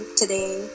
today